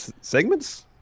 segments